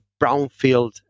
brownfield